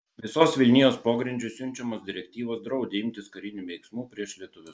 visos vilnijos pogrindžiui siunčiamos direktyvos draudė imtis karinių veiksmų prieš lietuvius